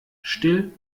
still